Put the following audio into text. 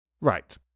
Right